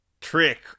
Trick